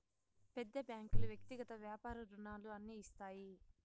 పెద్ద బ్యాంకులు వ్యక్తిగత వ్యాపార రుణాలు అన్ని ఇస్తాయి